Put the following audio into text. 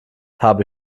habe